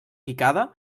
picada